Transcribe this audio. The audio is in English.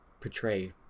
portray